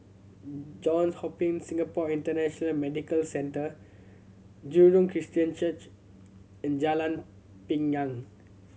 Johns Hopkins Singapore International Medical Centre Jurong Christian Church and Jalan Pinang